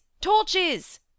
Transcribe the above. torches